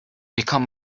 become